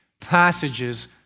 passages